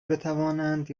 بتوانند